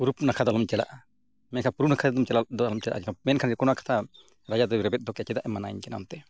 ᱯᱩᱨᱩᱵᱽ ᱱᱟᱠᱷᱟ ᱫᱚ ᱟᱞᱚᱢ ᱪᱟᱞᱟᱜᱼᱟ ᱢᱮᱱᱠᱷᱟᱱ ᱯᱩᱨᱚᱵᱽ ᱱᱟᱠᱷᱟ ᱫᱚ ᱟᱞᱚᱢ ᱪᱟᱞᱟᱜᱼᱟ ᱢᱮᱱᱠᱷᱟᱱ ᱚᱱᱟ ᱠᱟᱛᱷᱟ ᱨᱟᱡᱟᱫᱚᱭ ᱨᱮᱵᱮᱫ ᱫᱚᱦᱚᱠᱮᱫᱟ ᱪᱮᱫᱟᱜ ᱮ ᱢᱟᱱᱟᱧ ᱠᱟᱱᱟ ᱚᱱᱛᱮ